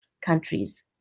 countries